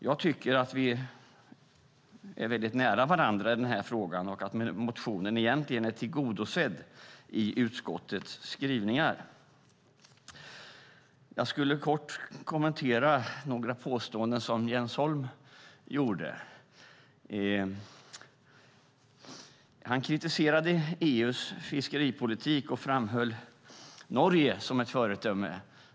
Jag tycker att vi är väldigt nära varandra i den här frågan och att motionen egentligen är tillgodosedd i utskottets skrivningar. Jag skulle kort vilja kommentera några påståenden som Jens Holm kom med. Han kritiserade EU:s fiskeripolitik och framhöll Norge som ett föredöme.